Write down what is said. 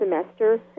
semester